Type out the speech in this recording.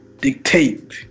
dictate